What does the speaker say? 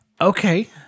Okay